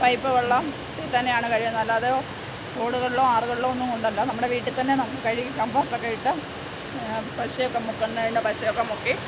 pipe വെള്ളത്തിൽ തന്നെയാണ് കഴുകുന്നത് അല്ലാതെ തോടുകളിലോ ആറുകളിലോ ഒന്നും കൊണ്ടല്ല നമ്മുടെ വീട്ടിൽ തന്നെ നമ്മൾ കഴുകി കംഫേർട്ട് ഒക്കെ ഇട്ട് പശയൊക്കെ മുക്കേണ്ടതിന് പശയൊക്കെ മുക്കി